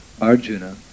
Arjuna